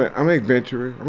i'm an adventurer,